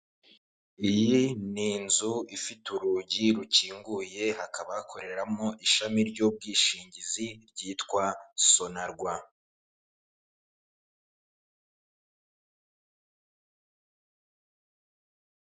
Iyi ni inzu ifite urugi rukinguye hakaba hakoreramo ishami ry'ubwishingizi ryitwa sonarwa.